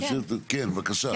כן, בבקשה.